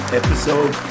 episode